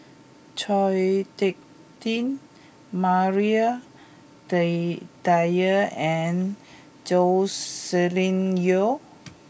Chao Hick Tin Maria day Dyer and Joscelin Yeo